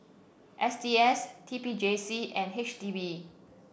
S T S T P J C and H D B